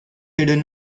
hidden